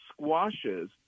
squashes